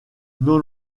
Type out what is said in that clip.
non